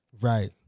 right